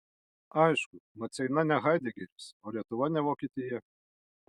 aišku maceina ne haidegeris o lietuva ne vokietija